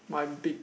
my big